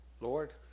Lord